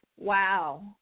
wow